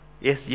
Yes